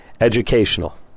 educational